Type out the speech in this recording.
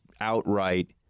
outright